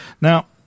Now